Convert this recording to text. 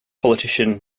politician